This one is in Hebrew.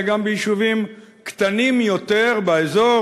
אלא גם ביישובים קטנים יותר באזור,